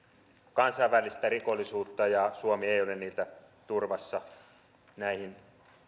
kansainvälistä rikollisuutta ja suomi ei ole niiltä turvassa näihin